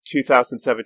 2017